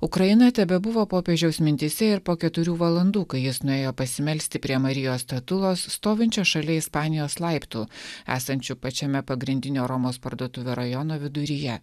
ukraina tebebuvo popiežiaus mintyse ir po keturių valandų kai jis nuėjo pasimelsti prie marijos statulos stovinčios šalia ispanijos laiptų esančių pačiame pagrindinio romos parduotuvių rajono viduryje